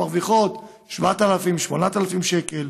הן מרוויחות 8,000-7,000 שקל,